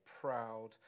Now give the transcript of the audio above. proud